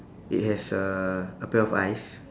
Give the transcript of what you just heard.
it has a a pair of eyes